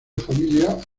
familia